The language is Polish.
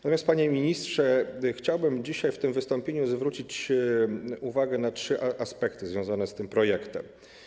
Natomiast, panie ministrze, chciałbym dzisiaj w tym wystąpieniu zwrócić uwagę na trzy aspekty związane z tym projektem.